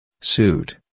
suit